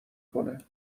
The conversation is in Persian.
کنه